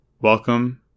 welcome